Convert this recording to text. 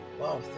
Wow